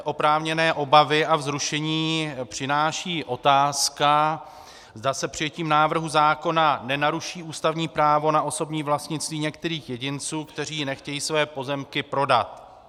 Oprávněné obavy a vzrušení přináší otázka, zda se přijetím návrhu zákona nenaruší ústavní právo na osobní vlastnictví některých jedinců, kteří nechtějí své pozemky prodat.